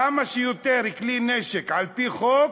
כמה שיותר כלי נשק על-פי חוק,